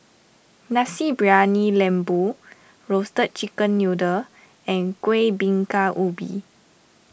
Nasi Briyani Lembu Roasted Chicken Noodle and Kuih Bingka Ubi